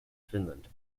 finland